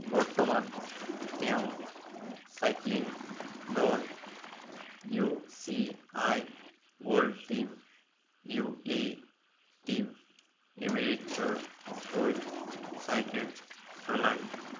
বৰ্তমান তেওঁ চাইক্লিং দল U C I world team U A E team এমিৰেটছৰ হৈ চাইকেল চলায়